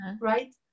right